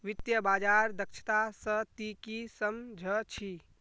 वित्तीय बाजार दक्षता स ती की सम झ छि